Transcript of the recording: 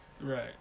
Right